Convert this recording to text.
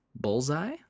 bullseye